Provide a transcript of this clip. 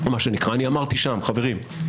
אמרתי שם: חברים,